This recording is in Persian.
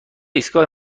ایستگاه